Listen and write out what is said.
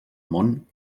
món